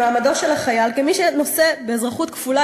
מעמדו של החייל כמי שנושא אזרחות כפולה,